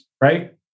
right